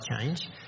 change